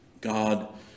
God